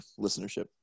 listenership